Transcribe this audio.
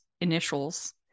initials